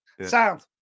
Sound